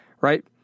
right